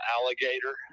alligator